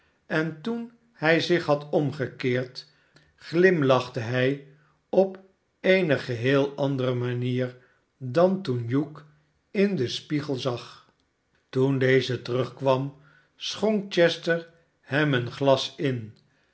en toen hij zich had omgekeerd glimlachte hij op eene geheel andere manier dan toen hugh in den spiegel zag toen deze terugkwam schonk chester hem een glas in